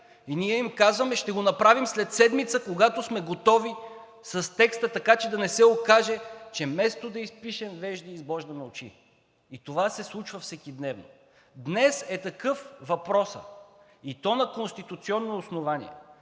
и ние им казваме: ще го направим след седмица, когато сме готови с текста, така че да не се окаже, че вместо да изпишем вежди, избождаме очи, и това се случва всекидневно. Днес е такъв въпросът, и то на конституционно основание.